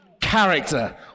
character